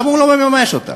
למה הוא לא מממש אותה?